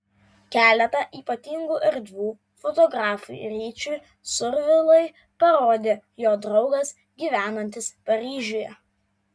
keletą ypatingų erdvių fotografui ryčiui survilai parodė jo draugas gyvenantis paryžiuje